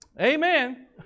Amen